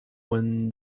when